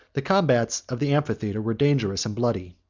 the combats of the amphitheatre were dangerous and bloody.